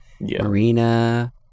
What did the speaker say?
Marina